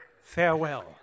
Farewell